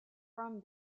from